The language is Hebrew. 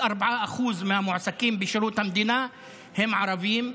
4% מהמועסקים בשירות המדינה הם ערבים.